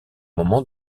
moment